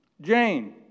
Jane